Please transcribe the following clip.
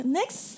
next